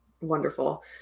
wonderful